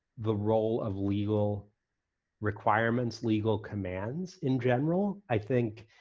the role of legal requirements, legal commands in general. i think